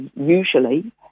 usually